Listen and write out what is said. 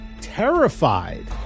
terrified